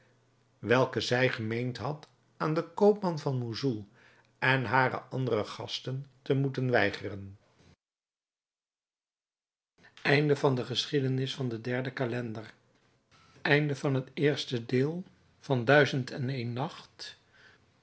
welke zij gemeend had aan den koopman van moussoul en hare andere gasten te moeten weigeren inhoud eerste